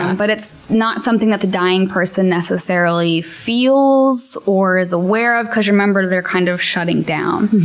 but it's not something that the dying person necessarily feels or is aware of, because remember, they're kind of shutting down.